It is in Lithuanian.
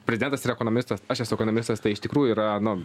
prezidentas yra ekonomistas aš esu ekonomistas tai iš tikrųjų yra nu